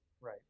Right